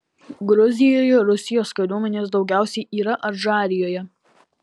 gruzijoje rusijos kariuomenės daugiausiai yra adžarijoje